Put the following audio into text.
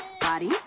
body